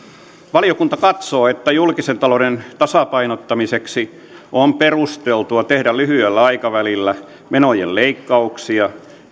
valiokunta katsoo että julkisen talouden tasapainottamiseksi on perusteltua tehdä lyhyellä aikavälillä menojen leikkauksia